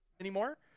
anymore